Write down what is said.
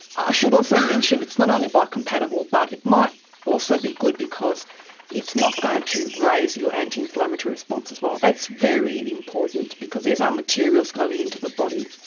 i should also mention it's not only biocompatible but it might also be good because it's not going to raise your anti-inflammatory response as well, that's very important, because these are materials going into the body.